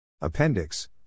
appendix